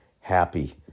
happy